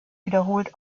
wiederholt